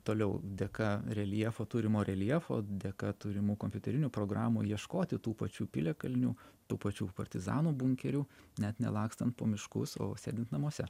toliau dėka reljefo turimo reljefo dėka turimų kompiuterinių programų ieškoti tų pačių piliakalnių tų pačių partizanų bunkerių net nelakstant po miškus o sėdint namuose